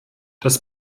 das